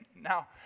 Now